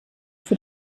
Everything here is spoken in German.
für